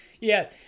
Yes